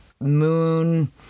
Moon